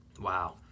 Wow